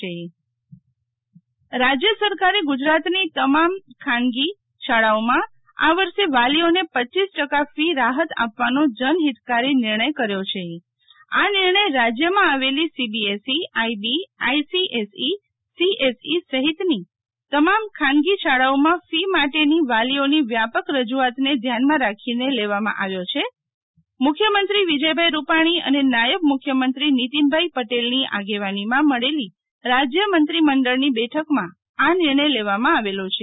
શીતલ વૈશ્નવ રાજ્ય સરકારે ગુજરાતની તમામ ખાનગી શાળાઓમાં આ વર્ષ વાલીઓને રપ ટકા ફી રાફત આપવાનો જન હિતકારી નિર્ણય કર્યો છે આ નિર્ણય રાજ્યમાં આવેલી સીબીએસઈઆઈબીઆઈસીએસઈ સીએસઈ સફિતની તમામ ખાનગી શાળાઓમાં ફી માટેની વાલીઓની વ્યાપક રજુઆતો ધ્યાનમાં રાખીને લેવામાં આવ્યો છે મુખ્યમંત્રી વિજયભાઈ રૂપાણી અને નાયબ મુખ્યમંત્રી નીતિનભાઈ પટેલની આગેવાનીમાં મળેલી રાજ્યમંત્રીમંડળની બેઠકમાં આ નિર્ણય લેવામાં આવેલો છે